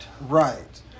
Right